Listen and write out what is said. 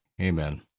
amen